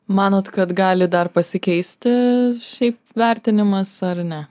manot kad gali dar pasikeisti šiaip vertinimas ar ne